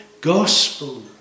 gospel